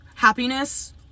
happiness